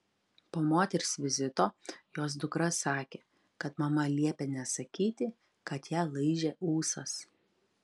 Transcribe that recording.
po moters vizito jos dukra sakė kad mama liepė nesakyti kad ją laižė ūsas